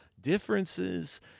differences